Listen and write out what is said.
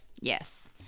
Yes